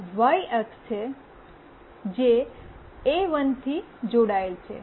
આ વાય અક્ષ છે આ એ1 થી જોડાયેલ છે